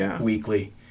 weekly